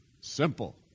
simple